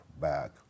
back